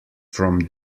from